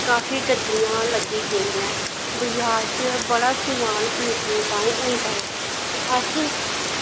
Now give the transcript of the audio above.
काफी गड्डियां लग्गी गेदियां ऐं बजार च बड़ा समान खरीदने ताहीं होंदा ऐ ते अस